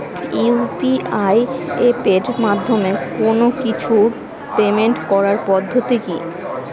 UPI এপের মাধ্যমে কোন কিছুর পেমেন্ট করার পদ্ধতি কি?